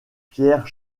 pierre